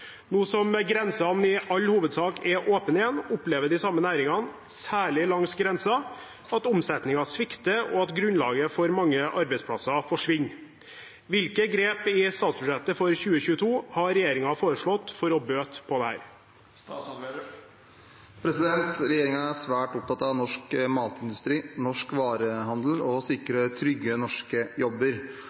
Nå som grensene i all hovedsak er åpne igjen opplever de samme næringene, særlig langs grensen, at omsetningen svikter og at grunnlaget for mange arbeidsplasser forsvinner. Hvilke grep i statsbudsjettet for 2022 har regjeringen foreslått for å bøte på dette?» Regjeringen er svært opptatt av norsk matindustri, norsk varehandel og å sikre trygge norske jobber.